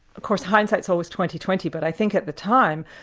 of course hindsight's always twenty twenty but i think at the time,